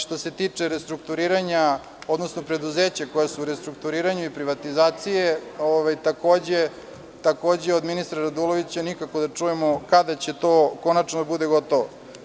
Što se tiče restrukturiranja, odnosno preduzeća koja su u restrukturiranju i privatizacije, takođe, od ministra Radulovića nikako da čujemo kada će to konačno da bude gotovo?